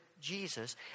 Jesus